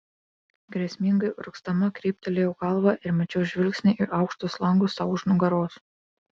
grėsmingai urgzdama kryptelėjau galvą ir mečiau žvilgsnį į aukštus langus sau už nugaros